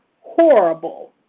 horrible